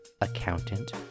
accountant